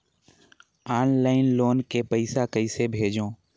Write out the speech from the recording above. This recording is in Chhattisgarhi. ऑनलाइन लोन के पईसा कइसे भेजों?